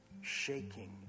shaking